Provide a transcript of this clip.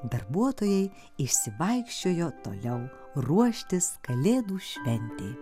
darbuotojai išsivaikščiojo toliau ruoštis kalėdų šventei